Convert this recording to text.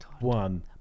one